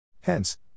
Hence